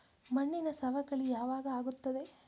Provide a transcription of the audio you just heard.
ಮಣ್ಣಿನ ಸವಕಳಿ ಯಾವಾಗ ಆಗುತ್ತದೆ?